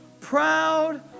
proud